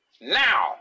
Now